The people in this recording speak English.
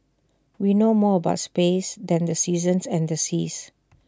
we know more about space than the seasons and the seas